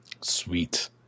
Sweet